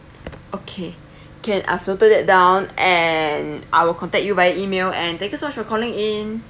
okay can I'll filter that down and I'll contact you by email and thank you so much for calling in